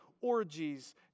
orgies